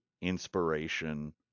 inspiration